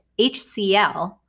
HCl